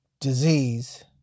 Disease